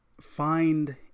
find